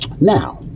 Now